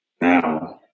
now